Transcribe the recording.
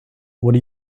what